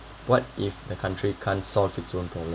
what if the country can't solve its own problem